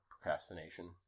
procrastination